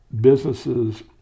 businesses